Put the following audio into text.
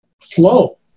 flow